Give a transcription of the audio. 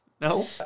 No